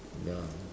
ya